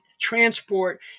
transport